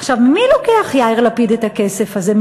עכשיו, ממי לוקח יאיר לפיד את הכסף הזה?